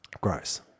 Gross